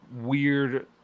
weird